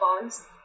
bonds